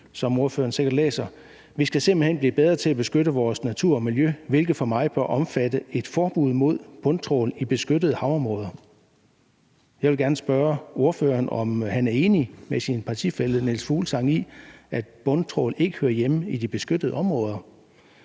som ordføreren sikkert læser: »Vi skal simpelthen blive bedre til at beskytte vores natur og miljø, hvilket for mig bør omfatte et forbud mod bundtrawl i beskyttede havområder.« Jeg vil gerne spørge ordføreren, om han er enig med sin partifælle Niels Fuglsang i, at bundtrawl ikke hører hjemme i de beskyttede områder.